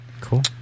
Cool